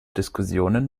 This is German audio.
diskussionen